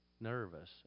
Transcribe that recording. nervous